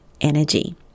energy